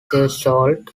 threshold